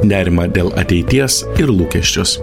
nerimą dėl ateities ir lūkesčius